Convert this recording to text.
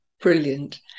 Brilliant